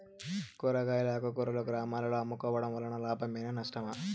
కూరగాయలు ఆకుకూరలు గ్రామాలలో అమ్ముకోవడం వలన లాభమేనా నష్టమా?